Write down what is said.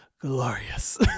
glorious